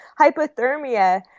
hypothermia